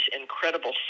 incredible